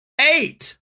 eight